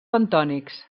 bentònics